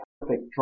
perfect